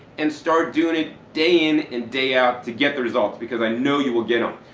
and start doing it day in and day out to get the results, because i know you will get them.